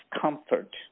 comfort